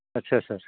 आच्चा चा चा